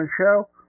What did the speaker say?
show